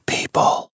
People